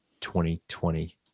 2020